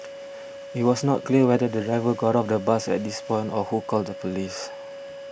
it was not clear whether the driver got off the bus at this point or who called the police